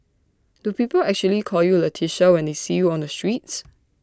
do people actually call you Leticia when they see you on the streets